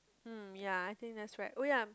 mm ya I think that's right oh ya